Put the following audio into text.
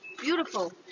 beautiful